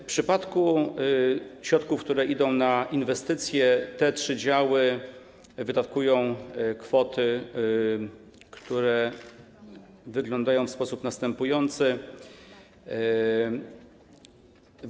W przypadku środków, które idą na inwestycje, te trzy działy wydatkują kwoty, które wyglądają w następujący sposób.